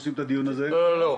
לא, לא.